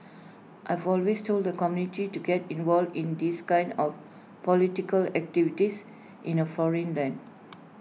I've always told the community to get involved in these kinds of political activities in A foreign land